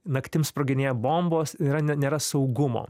naktim sproginėja bombos yra ne nėra saugumo